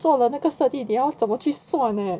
做了那个设计等下怎么去算 leh